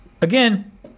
Again